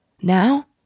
Now